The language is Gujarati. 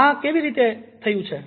આ કેવી રીતે થયું છે